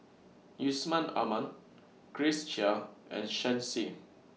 Yusman Aman Grace Chia and Shen Xi